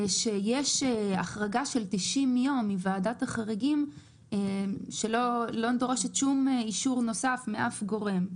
יש החרגה של 90 יום מוועדת החריגים שלא דורשת שום אישור נוסף מאף גורם.